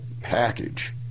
package